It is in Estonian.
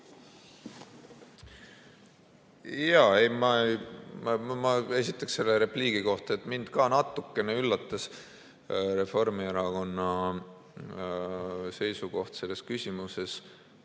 Ma esiteks ütlen selle repliigi kohta, et mind ka natukene üllatas Reformierakonna seisukoht selles küsimuses.